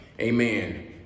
Amen